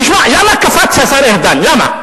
אתה רוצה לעורר אותו.